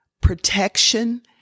protection